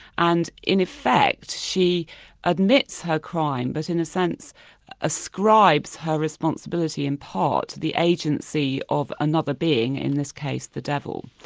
and in effect, she admits her crime, but in a sense ascribes her responsibility in part to the agency of another being, in this case, the devil.